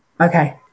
Okay